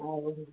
ଆଉ